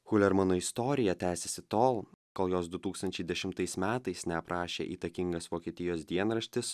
hulermano istorija tęsėsi tol kol jos du tūkstančiai dešimtais metais neaprašė įtakingas vokietijos dienraštis